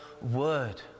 Word